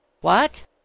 What